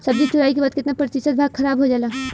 सब्जी तुराई के बाद केतना प्रतिशत भाग खराब हो जाला?